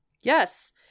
Yes